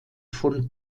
von